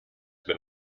been